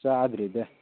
ꯆꯥꯗ꯭ꯔꯤꯗ